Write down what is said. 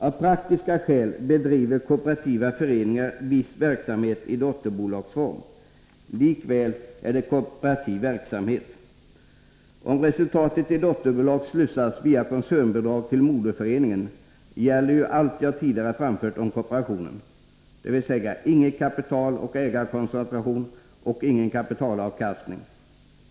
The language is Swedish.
Av praktiska skäl bedriver kooperativa föreningar viss verksamhet i dotterbolagsform. Likväl är det kooperativ verksamhet. Om resultat i dotterbolag slussas via koncernbidrag till moderföreningen gäller ju allt jag tidigare framfört om kooperationen, dvs. ingen kapitaloch ägarkoncentration och ingen kapitalavkastning.